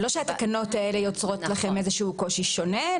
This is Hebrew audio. זה לא שהתקנות האלה יוצרות לכם איזשהו קושי שונה,